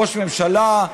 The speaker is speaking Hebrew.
ראש ממשלה,